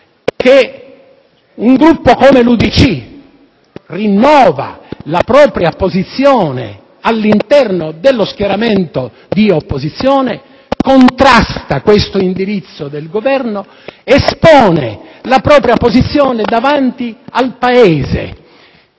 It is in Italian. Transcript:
che un Gruppo come l'UDC rinnova la propria posizione all'interno dello schieramento di opposizione, contrasta questo indirizzo del Governo, espone la propria posizione davanti al Paese